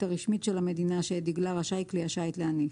הרשמית של המדינה שאת דגלה רשאי כלי השיט להניף".